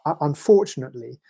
unfortunately